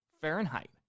Fahrenheit